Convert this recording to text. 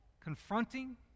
confronting